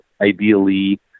ideally